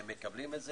הם מקבלים את זה,